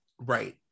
Right